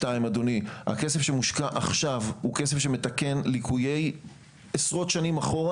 הכסף שמושקע עכשיו הוא כסף שמתקן ליקויים של עשרות שנים אחורה.